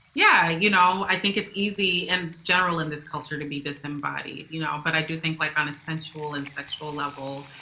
yeah, you know, i think it's easy in general in this culture to be disembodied, you know. but i do think, like on a sensual and sexual level,